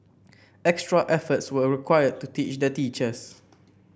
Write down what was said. extra efforts were required to teach the teachers